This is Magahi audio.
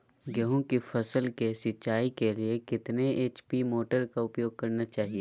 गेंहू की फसल के सिंचाई के लिए कितने एच.पी मोटर का उपयोग करना चाहिए?